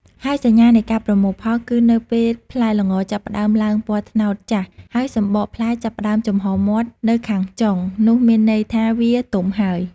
ហើយសញ្ញានៃការប្រមូលផល គឺនៅពេលផ្លែល្ងចាប់ផ្ដើមឡើងពណ៌ត្នោតចាស់ ហើយសំបកផ្លែចាប់ផ្ដើមចំហមាត់នៅខាងចុង នោះមានន័យថាវាទុំហើយ។